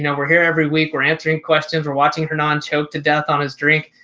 you know we're here every week we're answering questions. we're watching her non choke to death on his drink.